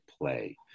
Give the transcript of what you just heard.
play